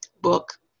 book